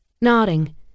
Nodding